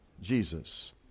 Jesus